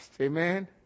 Amen